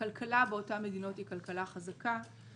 הכלכלה באותן מדינות היא כלכלה חזקה.